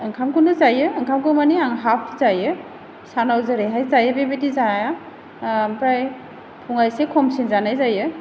ओंखामखौनो जायो ओंखामखौ मानि आं हाप जायो सानाव जेरैहाय जायो बेबादि जाया ओमफ्राय फुङाव एसे खमसिन जानाय जायो